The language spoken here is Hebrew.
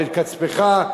וכספך.